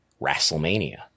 WrestleMania